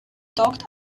talked